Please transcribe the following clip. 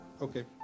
Okay